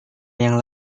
yang